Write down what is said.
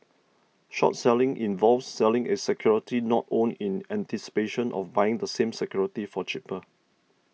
short selling involves selling a security not owned in anticipation of buying the same security for cheaper